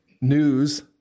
news